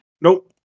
Nope